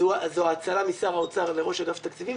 זו האצלה משר האוצר לראש אגף התקציבים,